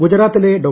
ഗുജറാത്തിലെ ഡോ